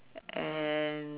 and